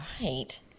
Right